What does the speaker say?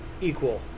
equal